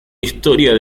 historia